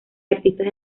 artistas